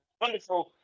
wonderful